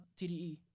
TDE